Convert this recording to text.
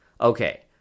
Okay